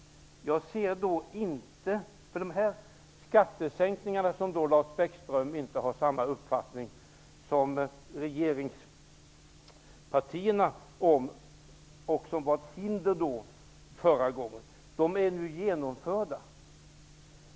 Lars Bäckström har inte samma uppfattning som regeringen om skattesänkningarna -- de var ett hinder förr. Nu är de genomförda.